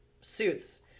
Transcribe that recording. suits